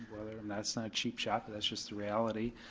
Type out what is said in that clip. that's not cheap shot, but that's just the reality.